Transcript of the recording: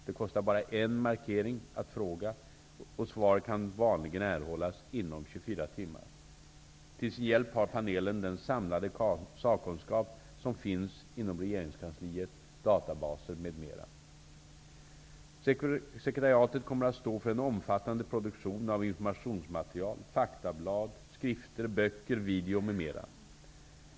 Det kostar bara en markering att fråga, och svar skall vanligen kunna erhållas inom 24 timmar. Till sin hjälp har panelen den samlade sakkunskap som finns inom regeringskansliet, databaser m.m. Sekretariatet kommer att stå för en omfattande produktion av informationsmaterial, faktablad, skrifter, böcker, video m.m.